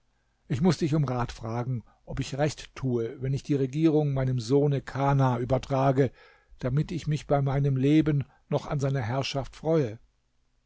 ich muß dich um rat fragen ob ich recht tue wenn ich die regierung meinem sohne kana übertrage damit ich mich bei meinem leben noch an seiner herrschaft freue